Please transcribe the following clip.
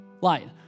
light